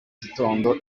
gitondo